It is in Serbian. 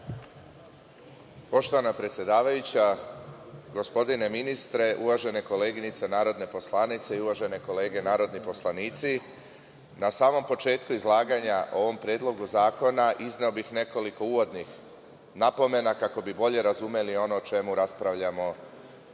Poštovana predsedavajuća, gospodine ministre, uvažene koleginice narodne poslanice i uvažene kolege narodni poslanici, na samom početku izlaganja o ovom predlogu zakona izneo bih nekoliko uvodnih napomena, kako bi bolje razumeli ono o čemu raspravljamo